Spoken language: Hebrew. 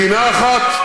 מדינה אחת,